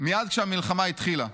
מייד כשהמלחמה התחילה.